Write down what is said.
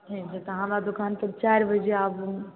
नहि तऽ हमरा दोकान पर चारि बजे आबु